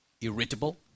irritable